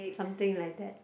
something like that